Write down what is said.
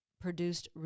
produced